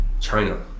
China